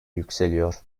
yükseliyor